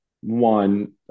one